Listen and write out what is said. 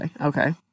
okay